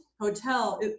hotel